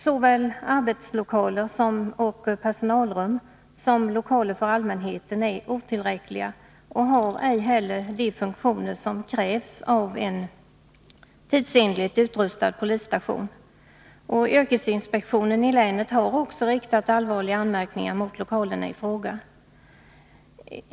Såväl arbetslokaler och personalrum som lokaler för allmänheten är otillräckliga, och polismyndighetens lokaler har ej heller de funktioner som krävs av en tidsenligt utrustad polisstation. Yrkesinspektionen i länet har också riktat allvarliga anmärkningar mot lokalerna i fråga.